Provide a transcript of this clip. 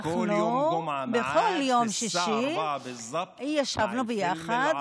אנחנו בכל יום שישי ישבנו ביחד,